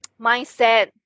mindset